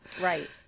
Right